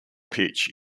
pitch